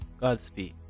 Godspeed